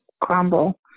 crumble